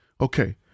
Okay